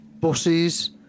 buses